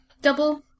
double